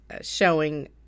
showing